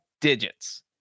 digits